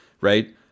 right